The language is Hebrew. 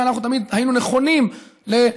אנחנו תמיד היינו נכונים לפשרות.